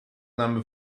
number